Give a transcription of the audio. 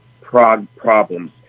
problems